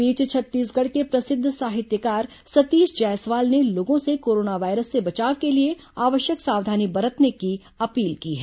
इस बीच छत्तीसगढ़ के प्रसिद्ध साहित्यकार सतीश जायसवाल ने लोगों से कोरोना वायरस से बचाव के लिए आवश्यक सावधानी बरतने की अपील की है